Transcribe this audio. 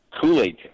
Kool-Aid